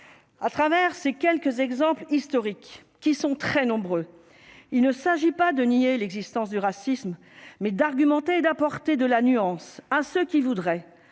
à travers ces quelques exemples historiques qui sont très nombreux, il ne s'agit pas de nier l'existence du racisme mais d'argumenter et d'apporter de la nuance à ceux qui voudraient